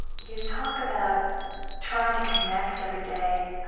you talk about trying to connect every day,